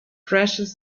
precious